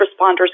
responders